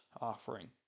offering